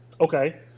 Okay